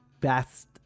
best